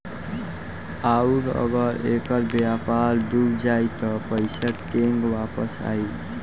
आउरु अगर ऐकर व्यापार डूब जाई त पइसा केंग वापस आई